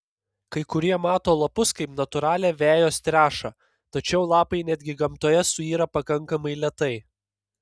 kai kurie mato lapus kaip natūralią vejos trąšą tačiau lapai netgi gamtoje suyra pakankamai lėtai